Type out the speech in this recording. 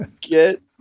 Get